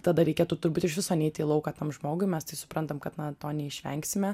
tada reikėtų turbūt iš viso neiti į lauką tam žmogui mes tai suprantam kad na to neišvengsime